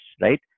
right